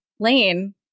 Lane